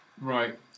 Right